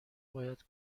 باید